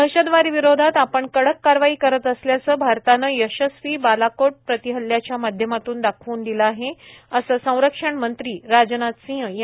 दहशतवादाविरोधात आपण कडक कारवाई करत असल्याचं भारतानं यशस्वी बालाकोट प्रतीहल्याच्या माध्यमातून दाखवून दिलं आहे असं संरक्षणमंत्री राजनाथ सिह यांनी म्हटलं आहे